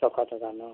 ছশ টকা ন